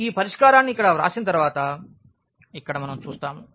ఈ పరిష్కారాన్ని ఇక్కడ వ్రాసిన తర్వాత ఇక్కడ మనం చూస్తాము